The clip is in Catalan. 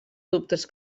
dubtes